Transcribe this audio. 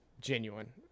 genuine